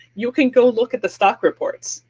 you can go look at the stock reports,